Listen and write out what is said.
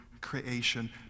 creation